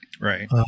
Right